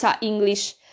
English